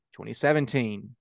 2017